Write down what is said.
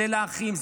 זה לאחים,